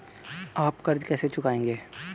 आप कर्ज कैसे चुकाएंगे?